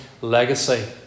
legacy